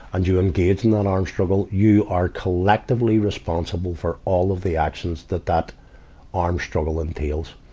and you engage in that arm struggle, you are collectively responsible for all of the actions that that arm struggle entails.